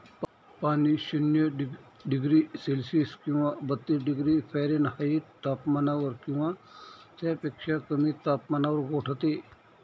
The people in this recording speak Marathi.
पाणी शून्य डिग्री सेल्सिअस किंवा बत्तीस डिग्री फॅरेनहाईट तापमानावर किंवा त्यापेक्षा कमी तापमानावर गोठते